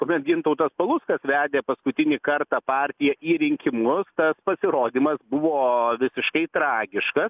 kuomet gintautas paluckas vedė paskutinį kartą partiją į rinkimus tad pasirodymas buvo visiškai tragiškas